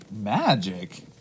Magic